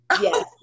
Yes